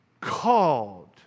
called